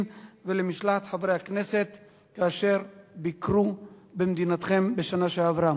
ולמשלחת חברי הכנסת כאשר ביקרו במדינתכם בשנה שעברה.